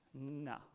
No